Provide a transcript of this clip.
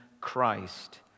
Christ